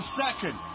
second